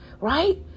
Right